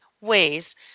ways